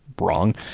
wrong